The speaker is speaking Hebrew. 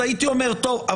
אז הייתי אומר טוב.